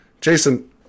Jason